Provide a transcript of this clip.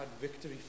victory